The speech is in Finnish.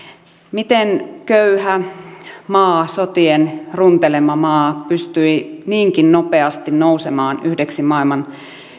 miten köyhä maa sotien runtelema maa pystyi niinkin nopeasti nousemaan yhdeksi maailman